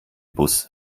bus